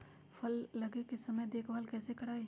फल लगे के समय देखभाल कैसे करवाई?